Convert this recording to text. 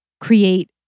create